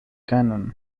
cannon